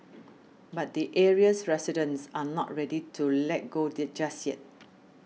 but the area's residents are not ready to let go just yet